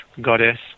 Goddess